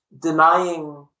denying